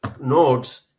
nodes